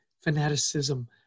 fanaticism